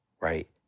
right